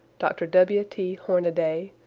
dr. w t. hornaday,